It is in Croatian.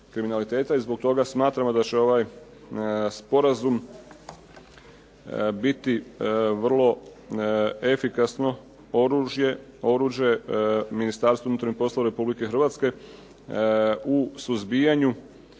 I stoga smatramo da će ovaj Sporazum biti vrlo efikasno oružje Ministarstvo unutarnjih poslova Republike Hrvatske, u suzbijanju